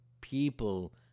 people